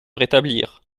rétablir